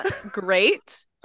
Great